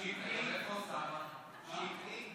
של קבוצת סיעת ש"ס, קבוצת